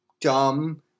dumb